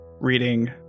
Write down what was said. reading